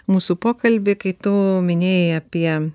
mūsų pokalbį kai tu minėjai apie